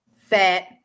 fat